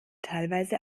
teilweise